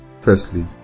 Firstly